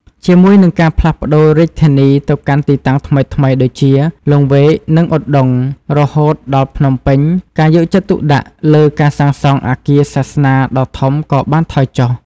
ជាមួយនឹងការផ្លាស់ប្តូររាជធានីទៅកាន់ទីតាំងថ្មីៗដូចជា លង្វែក និងឧដុង្គ រហូតដល់ភ្នំពេញ ការយកចិត្តទុកដាក់លើការសាងសង់អគារសាសនាដ៏ធំក៏បានថយចុះ។